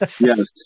Yes